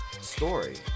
story